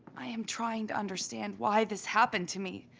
i am trying to understand why this happened to me.